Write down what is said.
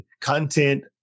content